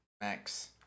Max